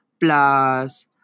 plus